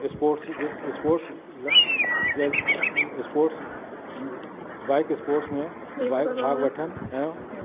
sports जे sports जे sports bike sports में बाइक भाॻु वठनि ऐं